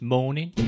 Morning